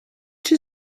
she